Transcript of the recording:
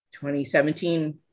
2017